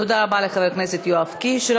תודה רבה לחבר הכנסת יואב קיש.